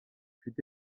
fut